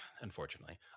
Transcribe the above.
unfortunately